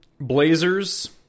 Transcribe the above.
Blazers